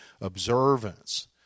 observance